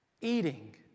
eating